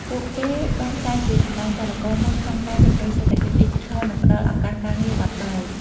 ពួកគេបានក្លាយជាកម្លាំងចលករមួយក្នុងការជំរុញសេដ្ឋកិច្ចឌីជីថល និងផ្តល់ឱកាសការងារបត់បែន។